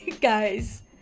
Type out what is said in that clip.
guys